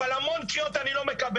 אבל המון קריאות אני לא מקבל,